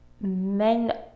men